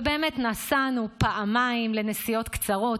ובאמת נסענו פעמיים לנסיעות קצרות.